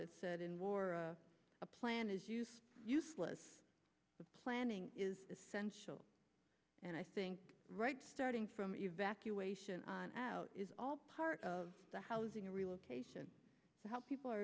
that said in war a plan is useless the planning is essential and i think right starting from evacuation out is all part of the housing relocation how people are